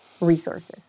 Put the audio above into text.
resources